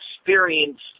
experienced